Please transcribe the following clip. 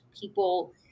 people